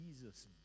Jesus